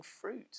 fruit